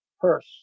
purse